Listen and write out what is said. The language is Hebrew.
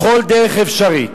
בכל דרך אפשרית,